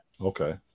Okay